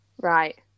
Right